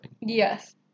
Yes